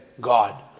God